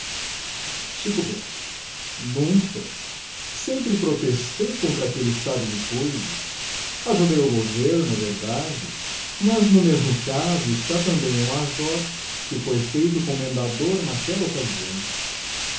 xico bento nunca sempre protestei contra aquelle estado de coisas ajudei o governo é verdade mas no mesmo caso está também o major que foi feito commendador naquella occasião